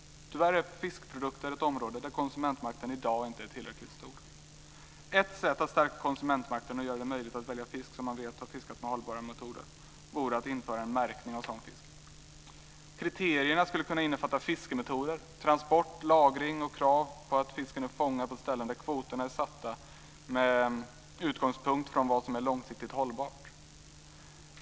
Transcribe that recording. Tyvärr är fiskprodukter ett område där konsumentmakten i dag inte är tillräckligt stor. Ett sätt att stärka konsumentmakten och göra det möjligt att välja fisk som man vet har fiskats med hållbara metoder vore att införa märkning av sådan fisk. Kriterierna skulle kunna innefatta fiskemetoder, transport, lagring och krav på att fisken är fångad på ställen där kvoterna är satta med utgångspunkt i vad som är långsiktigt hållbart.